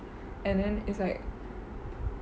and then it's like